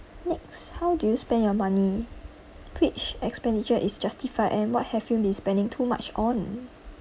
next how do you spend your money which expenditure is justified and what have you been spending too much on